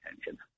attention